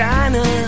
China